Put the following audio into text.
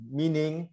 meaning